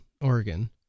Oregon